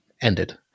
ended